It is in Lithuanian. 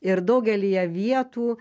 ir daugelyje vietų